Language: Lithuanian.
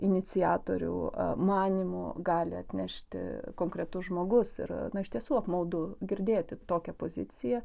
iniciatorių manymu gali atnešti konkretus žmogus ir na iš tiesų apmaudu girdėti tokią poziciją